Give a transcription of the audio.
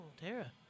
Tara